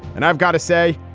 and i've got to say,